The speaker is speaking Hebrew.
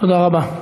תודה רבה.